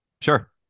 Sure